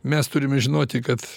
mes turime žinoti kad